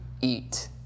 eat